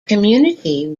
community